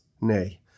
nay